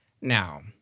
Now